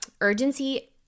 urgency